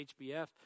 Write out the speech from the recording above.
HBF